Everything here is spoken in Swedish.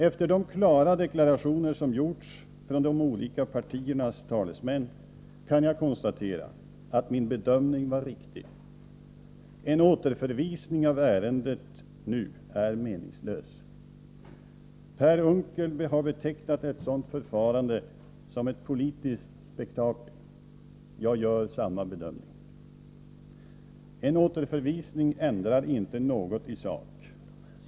Efter de klara deklarationer som har gjorts från de olika partiernas talesmän kan jag konstatera att min bedömning var riktig. En återförvisning av ärendet nu är meningslös. Per Unckel betecknade ett sådant förfarande såsom ett politiskt spektakel. Jag gör samma bedömning. En återförvisning ändrar inte något i sak.